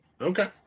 Okay